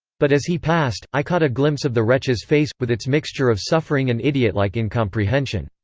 but as he passed, i caught a glimpse of the wretch's face with its mixture of suffering and idiot-like incomprehension.